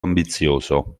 ambizioso